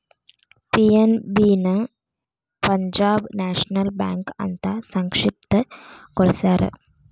PNB ನ Punjab national bank ಅಂತ ಸಂಕ್ಷಿಪ್ತ ಗೊಳಸ್ಯಾರ